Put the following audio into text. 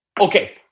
Okay